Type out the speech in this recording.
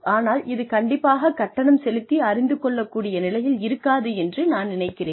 ஆனால் இது கண்டிப்பாக கட்டணம் செலுத்தி அறிந்து கொள்ளக்கூடிய நிலையில் இருக்காது என்று நான் நினைக்கிறேன்